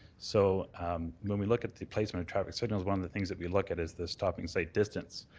so when we look at the placement of traffic signals, one of the things that we look at is the stop and site distance,